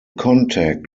contact